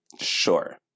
Sure